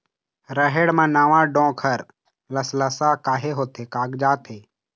रहेड़ म नावा डोंक हर लसलसा काहे होथे कागजात हे?